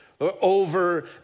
over